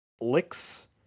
licks